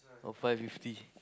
or five fifty